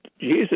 Jesus